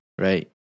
right